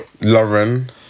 Lauren